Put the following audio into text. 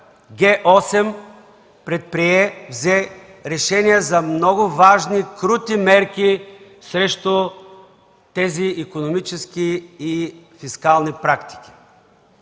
Вчера Г-8 взе решения за много важни крути мерки срещу тези икономически и фискални практики.